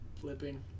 Flipping